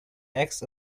eggs